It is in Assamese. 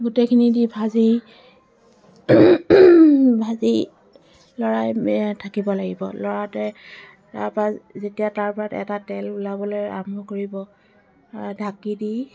গোটেইখিনি দি ভাজি ভাজি লৰাই থাকিব লাগিব লৰাওঁতে তাৰপৰা যেতিয়া তাৰপৰা এটা তেল ওলাবলৈ আৰম্ভ কৰিব ঢাকি দি